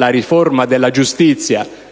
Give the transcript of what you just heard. la riforma della giustizia